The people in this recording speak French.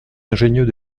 ingénieux